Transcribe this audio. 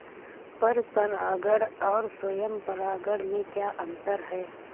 पर परागण और स्वयं परागण में क्या अंतर है?